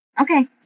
Okay